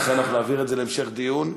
ולכן אנחנו נעביר את זה להמשך דיון,